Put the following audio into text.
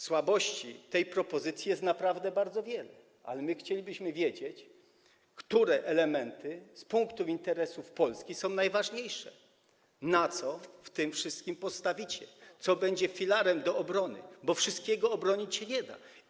Słabości tej propozycji jest naprawdę bardzo wiele, ale my chcielibyśmy wiedzieć, które elementy z punktu widzenia interesów Polski są najważniejsze, na co w tym wszystkim postawicie, co będzie filarem obrony, bo wszystkiego obronić się nie da.